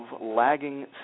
lagging